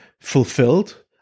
fulfilled